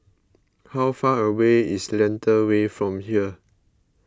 how far away is Lentor Way from here